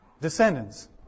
descendants